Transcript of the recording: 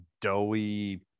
doughy